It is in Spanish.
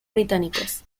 británicos